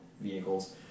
vehicles